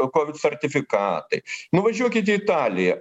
kovid sertifikatai nuvažiuokit į italiją